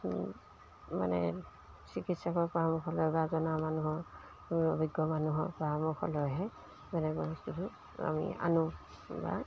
মানে চিকিৎসকৰ পৰামৰ্শ লৈ বা জনা মানুহৰ অভিজ্ঞ মানুহৰ পৰামৰ্শ লৈহে তেনেকুৱা বস্তুটো আমি আনো বা